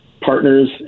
partners